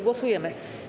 Głosujemy.